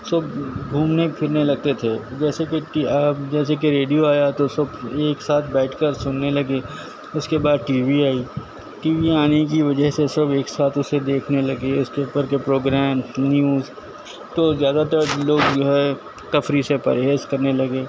صبح گھومنے پھرنے لگتے تھے جیسے کہ اب جیسےکہ ریڈیو آیا تو سب ایک ساتھ بیٹھ کر سننے لگے اس کے بعد ٹی وی آئی ٹی وی آنے کی وجہ سے سب ایک ساتھ اسے دیکھنے لگے اس کے اوپر کے پروگرام نیوز تو زیادہ تر لوگ جو ہے تفریح سے پرہیز کرنے لگے